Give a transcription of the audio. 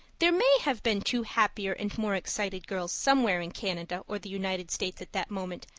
there may have been two happier and more excited girls somewhere in canada or the united states at that moment,